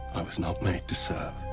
i was not made to serve.